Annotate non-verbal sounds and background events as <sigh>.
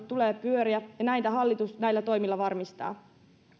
<unintelligible> tulee pyöriä ja näitä hallitus näillä toimilla varmistaa